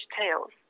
tails